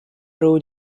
road